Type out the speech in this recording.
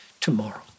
tomorrow